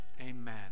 amen